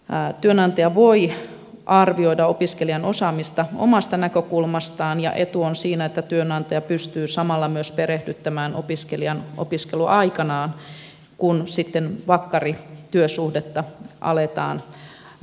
työnantaja voi arvioida opiskelijan osaamista omasta näkökulmastaan ja etu on siinä että työnantaja pystyy samalla myös perehdyttämään opiskelijan opiskeluaikanaan kun sitten vakkarityösuhdetta aletaan vääntää